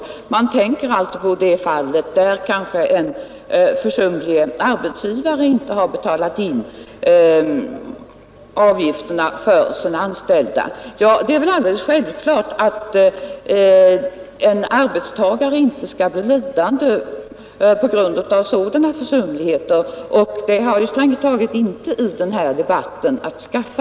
Man tänker därvid på sådana fall där en — försumlig arbetsgivare inte betalat in avgifterna för sina anställda. Det är alldeles självklart att en arbetstagare inte skall bli lidande på grund av sådana försumligheter. Det har strängt taget inte med denna debatt att skaffa.